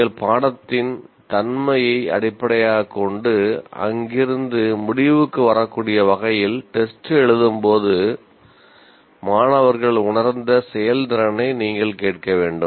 நீங்கள் பாடத்தின் தன்மையை அடிப்படையாகக் கொண்டு அங்கிருந்து முடிவுக்கு வரக்கூடிய வகையில் டெஸ்ட் எழுதும் போது மாணவர்கள் உணர்ந்த செயல்திறனை நீங்கள் கேட்க வேண்டும்